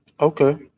Okay